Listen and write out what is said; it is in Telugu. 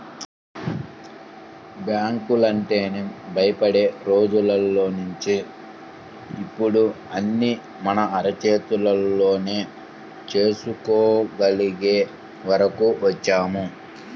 బ్యాంకులంటేనే భయపడే రోజుల్నించి ఇప్పుడు అన్నీ మన అరచేతిలోనే చేసుకోగలిగే వరకు వచ్చాం